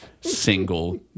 single